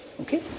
Okay